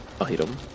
item